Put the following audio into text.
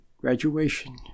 graduation